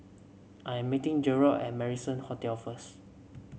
I am meeting Gerard at Marrison Hotel first